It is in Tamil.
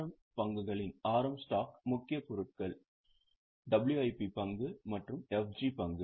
எம் பங்குகளின் முக்கிய பொருட்கள் WIP பங்கு மற்றும் FG பங்கு